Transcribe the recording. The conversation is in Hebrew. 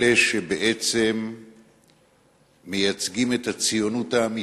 אלה שבעצם מייצגים את הציונות האמיתית,